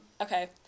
okay